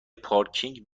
پارکینگ